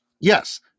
Yes